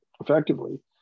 effectively